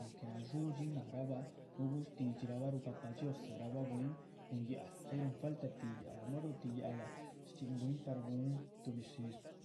Porque nadxudxín náharabah núhu bwín shtidxirabah rugapah dhxiózaa bah bwín cun yáac´lah ay rúhun falta tih yáac´lah muerdotih yáac´lah shchxín bwín par guhu tuhbi shishá